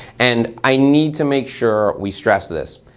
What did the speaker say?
and i need to make sure we stress this.